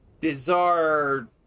bizarre